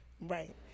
right